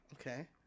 Okay